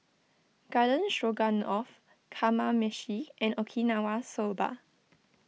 Garden Stroganoff Kamameshi and Okinawa Soba